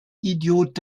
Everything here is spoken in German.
idiot